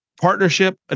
partnership